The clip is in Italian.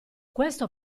questo